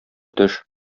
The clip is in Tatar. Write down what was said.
төш